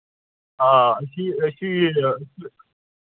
آ أسی أسی